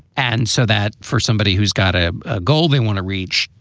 and so that for somebody who's got a ah goal, they want to reach,